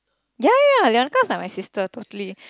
ya ya Leonica is like my sister totally